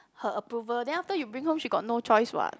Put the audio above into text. her approval then after you bring home she got no choice what